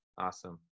Awesome